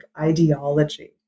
ideology